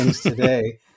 today